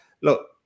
look